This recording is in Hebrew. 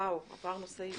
וואו, עברנו סעיף.